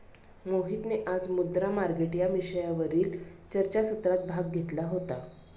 मोहितने आज मुद्रा मार्केट या विषयावरील चर्चासत्रात भाग घेतला होता